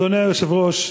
אדוני היושב-ראש,